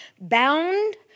bound